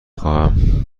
خواهم